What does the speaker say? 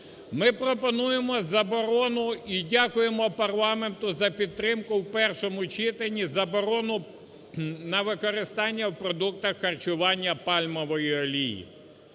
Ми пропонуємо заборону і дякуємо парламенту за підтримку в першому читанні заборону на використання в продуктах харчування пальмової олії,